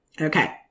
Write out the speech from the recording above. Okay